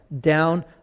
down